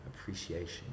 appreciation